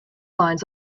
lines